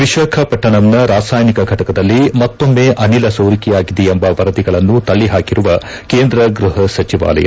ವಿಶಾಖಪಟ್ಟಣಂನ ರಾಸಾಯನಿಕ ಘಟಕದಲ್ಲಿ ಮತ್ತೊಮ್ನೆ ಅನಿಲ ಸೋರಿಕೆಯಾಗಿದೆ ಎಂಬ ವರದಿಗಳನ್ನು ತಳ್ಳಿ ಪಾಕಿರುವ ಕೇಂದ್ರ ಗ್ಲಪ ಸಜಿವಾಲಯ